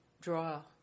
draw